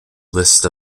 list